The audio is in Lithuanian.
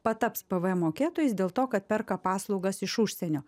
pataps pvm mokėtojais dėl to kad perka paslaugas iš užsienio